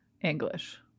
english